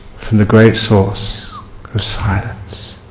from the great source of silence.